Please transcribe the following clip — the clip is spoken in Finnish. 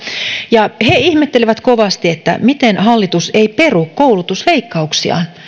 ja he ihmettelivät kovasti että miten hallitus ei peru koulutusleikkauksiaan